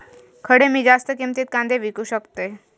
खडे मी जास्त किमतीत कांदे विकू शकतय?